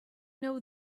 know